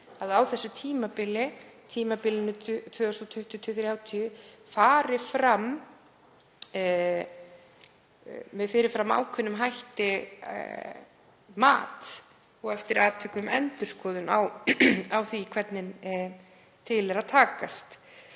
það alveg skýrt að á tímabilinu 2020–2030 færi fram með fyrir fram ákveðnum hætti mat og eftir atvikum endurskoðun á því hvernig til væri að takast.